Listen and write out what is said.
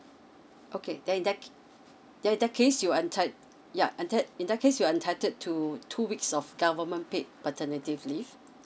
okay then in that then in that case you entit~ yeah entit~ in that case you're entitled to two weeks of government paid paternity leave